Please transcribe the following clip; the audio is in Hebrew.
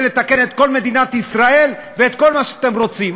לתקן את כל מדינת ישראל ואת כל מה שאתם רוצים.